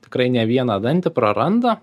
tikrai ne vieną dantį praranda